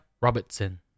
Robertson